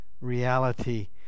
reality